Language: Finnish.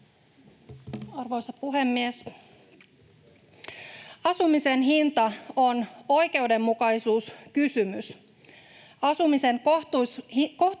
Arvoisa puhemies! Asumisen hinta on oikeudenmukaisuuskysymys. Asumisen kohtuuhintaisuus